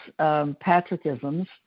Patrickisms